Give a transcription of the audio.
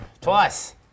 twice